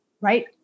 Right